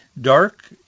dark